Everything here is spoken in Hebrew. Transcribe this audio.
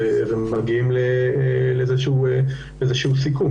ומגיעים לאיזשהו סיכום.